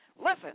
Listen